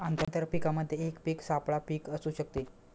आंतर पीकामध्ये एक पीक सापळा पीक असू शकते